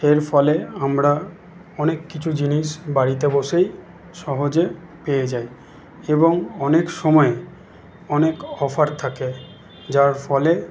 এর ফলে আমরা অনেক কিছু জিনিস বাড়িতে বসেই সহজে পেয়ে যাই এবং অনেক সময়ে অনেক অফার থাকে যার ফলে